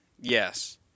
yes